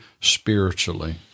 spiritually